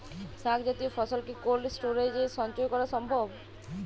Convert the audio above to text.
শাক জাতীয় ফসল কি কোল্ড স্টোরেজে সঞ্চয় করা সম্ভব?